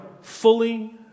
fully